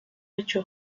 hecho